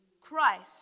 Christ